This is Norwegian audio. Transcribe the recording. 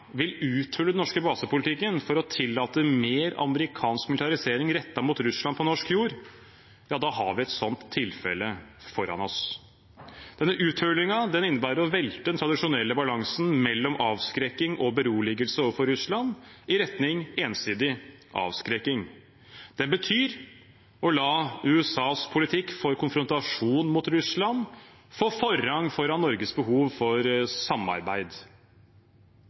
vil uthule den norske basepolitikken for å tillate mer amerikansk militarisering rettet mot Russland på norsk jord, har vi et sånt tilfelle foran oss. Denne uthulingen innebærer å velte den tradisjonelle balansen mellom avskrekking og beroligelse overfor Russland, i retning ensidig avskrekking. Det betyr å la USAs politikk for konfrontasjon med Russland få forrang foran Norges behov for samarbeid.